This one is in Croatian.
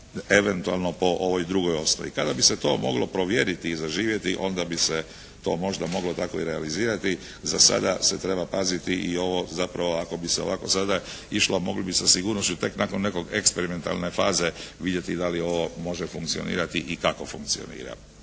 eventualno po ovoj drugoj osnovi. Kada bi se to moglo provjeriti i zaživjeti onda bi se to možda moglo tako i realizirati. Za sada se treba paziti i ovo zapravo ako bi se ovako sada išlo mogli bismo sa sigurnošću tek nakon neke eksperimentalne faze vidjeti da li ovo može funkcionirati i kako funkcionira.